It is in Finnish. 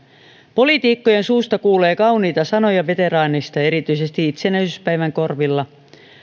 poliitikkojen suusta kuulee kauniita sanoja veteraaneista erityisesti itsenäisyyspäivän korvilla